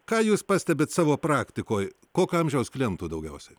ką jūs pastebit savo praktikoj kokio amžiaus klientų daugiausiai